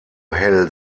hell